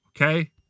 Okay